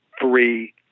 three